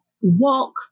walk